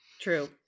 True